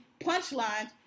punchlines